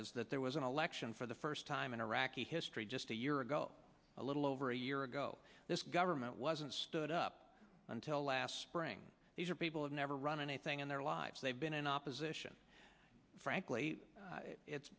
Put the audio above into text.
is that there was an election for the first time in iraqi history just a year ago a little over a year ago this government wasn't stood up until last spring these are people have never run anything in their lives they've been in opposition frankly